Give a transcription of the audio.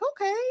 okay